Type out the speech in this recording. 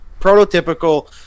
prototypical